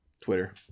Twitter